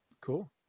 Cool